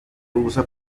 usa